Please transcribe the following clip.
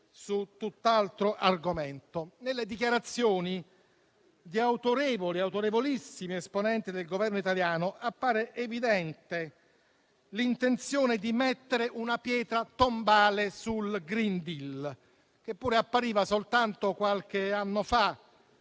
su tutt'altro argomento. Nelle dichiarazioni di autorevolissimi esponenti del Governo italiano appare evidente l'intenzione di mettere una pietra tombale sul *green deal*, che pure appariva, soltanto qualche anno fa,